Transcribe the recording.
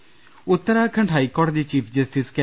ദർശ്ശേദ ഉത്തരാഖണ്ഡ് ഹൈക്കോടതി chief justice K